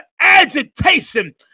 agitation